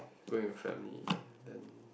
going with family then